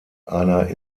einer